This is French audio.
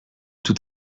tout